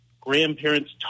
grandparents